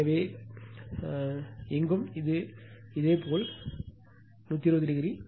எனவே எங்கும் இது இதேபோல் 120o